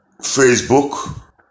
Facebook